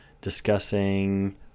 discussing